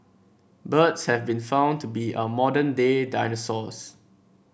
birds have been found to be our modern day dinosaurs